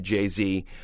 Jay-Z